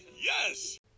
yes